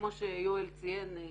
כמו שיואל ציין,